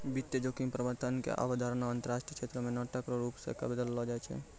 वित्तीय जोखिम प्रबंधन के अवधारणा अंतरराष्ट्रीय क्षेत्र मे नाटक रो रूप से बदललो छै